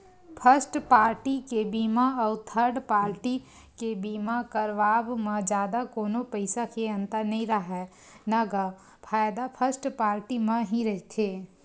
first party के बीमा अउ थर्ड पाल्टी के बीमा करवाब म जादा कोनो पइसा के अंतर नइ राहय न गा फायदा फस्ट पाल्टी म ही रहिथे